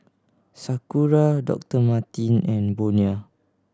Sakura Doctor Martens and Bonia